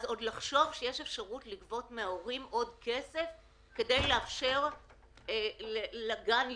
אז לחשוב שיש אפשרות לגבות מההורים עוד כסף כדי לאפשר לגן לפעול?